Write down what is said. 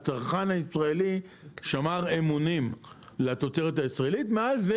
הצרכן הישראלי שמר אמונים לתוצרת הישראלית ומעלה